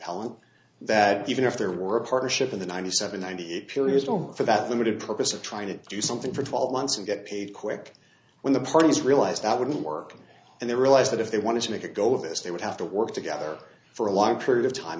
appellant that even if there were a partnership in the ninety seven ninety eight period or for that limited purpose of trying to do something for twelve months and get paid quick when the parties realize that wouldn't work and they realize that if they want to make a go of this they would have to work together for a long period of time